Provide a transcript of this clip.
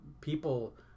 people